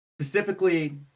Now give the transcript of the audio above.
specifically